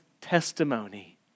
testimony